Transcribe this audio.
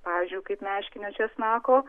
pavyzdžiui kaip meškinio česnako